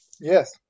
Yes